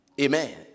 Amen